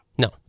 no